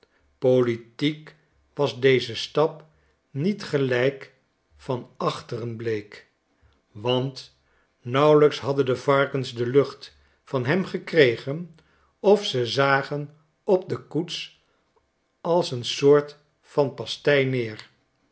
politiek was deze stap niet gelijk van achteren bleek want nauwelijks hadden de varkens de lucht van hem gekregen of ze zagen op dekoetsals een soort van pastei neer